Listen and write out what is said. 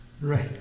Right